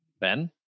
Ben